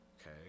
okay